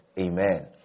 Amen